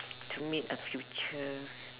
to meet a future